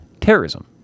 terrorism